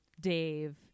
Dave